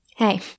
Hey